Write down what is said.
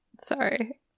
Sorry